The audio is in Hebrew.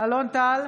אלון טל,